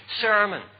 sermon